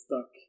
stuck